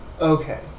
Okay